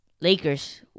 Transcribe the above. Lakers